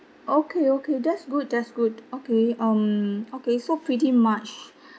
okay okay that's good that's good okay um okay so pretty much